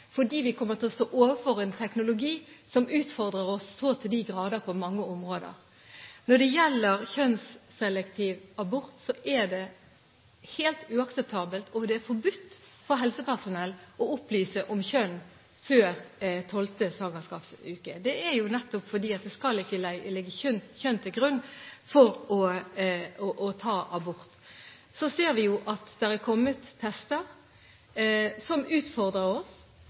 vi kommer til å stå overfor en teknologi som utfordrer oss så til de grader på mange områder. Når det gjelder kjønnsselektiv abort, er det helt uakseptabelt, og det er forbudt for helsepersonell å opplyse om kjønn før 12. svangerskapsuke. Det er nettopp fordi det ikke skal ligge kjønn til grunn for å ta abort. Vi ser at det er kommet tester som utfordrer oss,